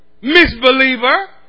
Misbeliever